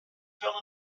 fell